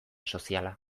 soziala